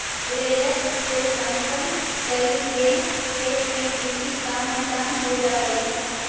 roller से समतल कईल गेल खेत में कृषि काम आसान हो जा हई